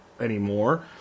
anymore